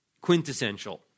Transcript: quintessential